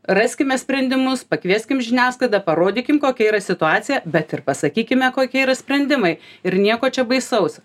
raskime sprendimus pakvieskim žiniasklaidą parodykim kokia yra situacija bet ir pasakykime kokie yra sprendimai ir nieko čia baisaus